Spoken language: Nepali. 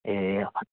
ए